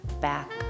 back